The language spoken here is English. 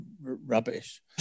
rubbish